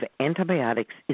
antibiotics